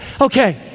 Okay